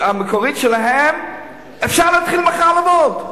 המקורית שלהם, אפשר להתחיל מחר לעבוד.